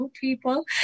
people